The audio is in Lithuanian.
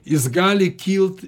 jis gali kilt